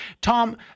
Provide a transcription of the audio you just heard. tom